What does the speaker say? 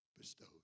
bestowed